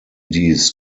dies